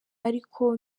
ariko